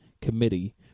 committee